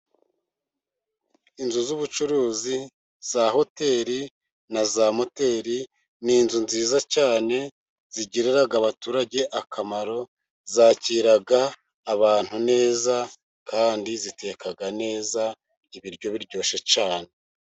Inzu z'ubucuruzi za hoteri na za moteri ,ni inzu nziza cyane zigirira abaturage akamaro ,zakira abantu neza, kandi ziteka neza, ibiryo biryoshye cyane.